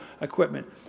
equipment